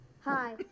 Hi